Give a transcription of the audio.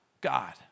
God